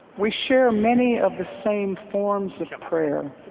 we share many of the same forms of prayer